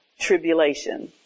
tribulation